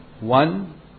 One